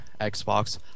Xbox